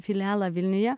filialą vilniuje